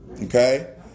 Okay